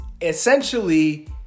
Essentially